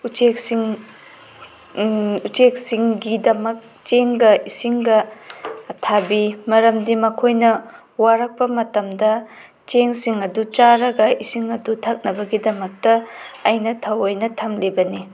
ꯎꯆꯦꯛꯁꯤꯡ ꯎꯆꯦꯛꯁꯤꯡꯒꯤ ꯗꯃꯛ ꯆꯦꯡꯒ ꯏꯁꯤꯡꯒ ꯊꯥꯕꯤ ꯃꯔꯝꯗꯤ ꯃꯈꯣꯏꯅ ꯋꯥꯔꯛꯄ ꯃꯇꯝꯗ ꯆꯦꯡꯁꯤꯡ ꯑꯗꯨ ꯆꯥꯔꯒ ꯏꯁꯤꯡ ꯑꯗꯨ ꯊꯛꯅꯕꯒꯤꯗꯃꯛꯇ ꯑꯩꯅ ꯊꯧꯑꯣꯏꯅ ꯊꯝꯂꯤꯕꯅꯤ